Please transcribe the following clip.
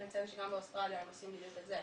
גם באוסטרליה הם עושים בדיוק את זה.